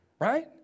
Right